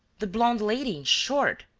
the blonde lady, in short!